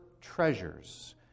treasures